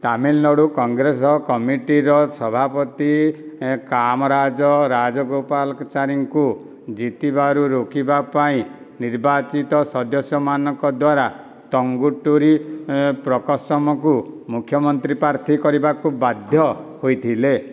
ତାମିଲନାଡ଼ୁ କଂଗ୍ରେସ କମିଟିର ସଭାପତି କାମରାଜ ରାଜଗୋପାଳଚାରୀଙ୍କୁ ଜିତିବାରୁ ରୋକିବା ପାଇଁ ନିର୍ବାଚିତ ସଦସ୍ୟମାନଙ୍କ ଦ୍ୱାରା ତଙ୍ଗୁଟୁରୀ ପ୍ରକସମଙ୍କୁ ମୁଖ୍ୟମନ୍ତ୍ରୀ ପ୍ରାର୍ଥୀ କରିବାକୁ ବାଧ୍ୟ ହୋଇଥିଲେ